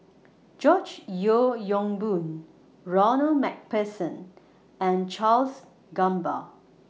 George Yeo Yong Boon Ronald MacPherson and Charles Gamba